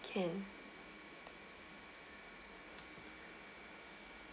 can